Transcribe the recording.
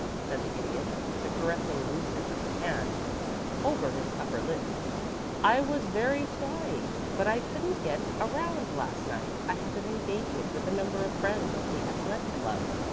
said the idiot, with a caressing movement of the hand over his upper lip i was very sorry, but i couldn't get around last night. i had an engagement with a number of friends at the athletic club.